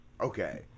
Okay